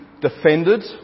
defended